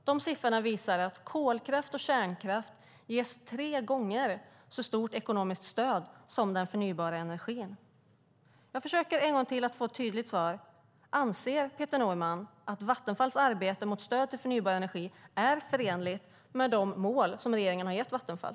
De siffrorna visar att kolkraft och kärnkraft ges tre gånger så stort ekonomiskt stöd som den förnybara energin. Jag försöker än en gång att få ett tydligt svar. Anser Peter Norman att Vattenfalls arbete mot stöd till förnybar energi är förenligt med de mål som regeringen har gett Vattenfall?